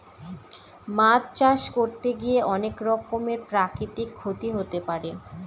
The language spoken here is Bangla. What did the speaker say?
মাছ চাষ করতে গিয়ে অনেক রকমের প্রাকৃতিক ক্ষতি হতে পারে